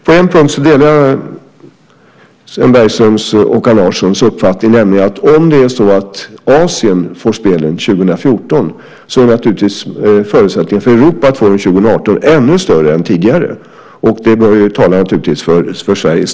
På en punkt delar jag Sven Bergströms och Håkan Larssons uppfattning, nämligen att om det är så att Asien får spelen 2014 är naturligtvis förutsättningarna för Europa att få dem 2018 ännu större än tidigare. Det bör tala för Sverige.